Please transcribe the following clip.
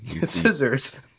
Scissors